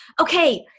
okay